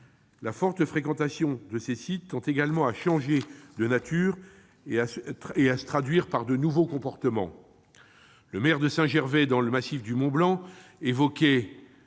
la forte fréquentation de ces sites tend à changer de nature et à se traduire par de nouveaux comportements. Le maire de Saint-Gervais-les-Bains, dans le massif du Mont-Blanc, évoquait